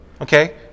Okay